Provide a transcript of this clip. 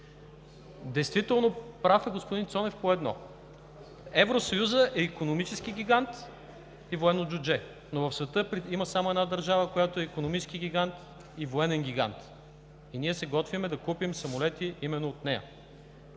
Действително, прав е господин Цонев в едно, че Евросъюзът е икономически гигант и военно джудже, но в света има само една държава, която е икономически гигант и военен гигант и ние в момента се готвим да купим самолети именно от нея.